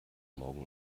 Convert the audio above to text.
morgen